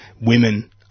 women